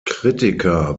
kritiker